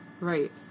Right